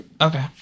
okay